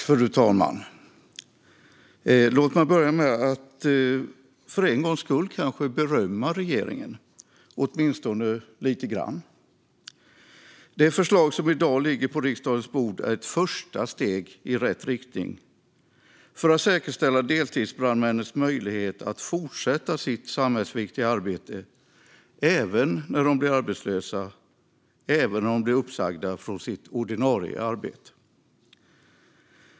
Fru talman! Låt mig börja med att för en gångs skulle kanske berömma regeringen, åtminstone lite grann. Det förslag som i dag ligger på riksdagens bord är ett första steg i rätt riktning för att säkerställa deltidsbrandmännens möjlighet att fortsätta sitt samhällsviktiga arbete även när de blir arbetslösa och uppsagda från sitt ordinarie arbete.